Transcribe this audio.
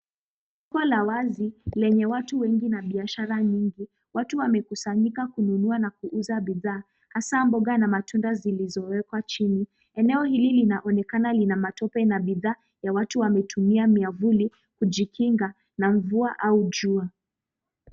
Soko la wazi lenye watu wengi na biashara nyingi. Watu wamekusanyika kununua na kuuza bidhaa hasa mboga na matunda zilizowekwa chini. Eneo hili linaonekana lina matope na bidhaa na watu wametumia miavuli kujikinga na mvua au jua.